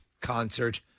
concert